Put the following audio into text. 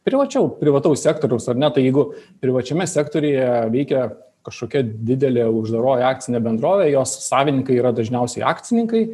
privačiau privataus sektoriaus ar ne tai jeigu privačiame sektoriuje veikia kažkokia didelė uždaroji akcinė bendrovė jos savininkai yra dažniausiai akcininkai